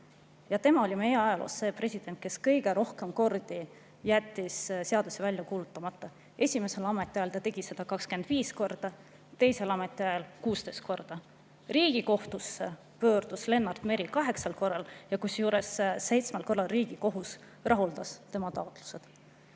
Tema oli meie ajaloos see president, kes kõige rohkem kordi jättis seaduse välja kuulutamata. Esimesel ametiajal tegi ta seda 25 korda, teisel ametiajal 16 korda. Riigikohtusse pöördus Lennart Meri kaheksal korral, kusjuures seitsmel korral Riigikohus rahuldas tema taotluse.